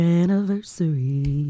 anniversary